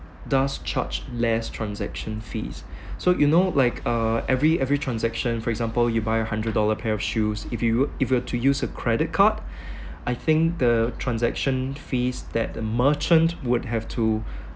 does charge less transaction fees so you know like uh every every transaction for example you buy a hundred dollar pair of shoes if you we~ if you were to use a credit card I think the transaction fees that the merchant would have to